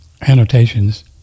annotations